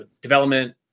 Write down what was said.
development